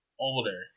older